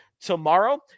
tomorrow